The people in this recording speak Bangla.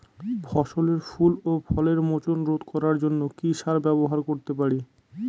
ফসলের ফুল ও ফলের মোচন রোধ করার জন্য কি সার ব্যবহার করতে পারি?